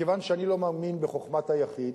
מכיוון שאני לא מאמין בחוכמת היחיד,